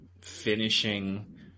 finishing